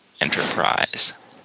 Enterprise